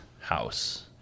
house